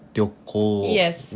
Yes